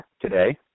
today